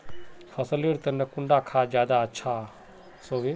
फसल लेर तने कुंडा खाद ज्यादा अच्छा सोबे?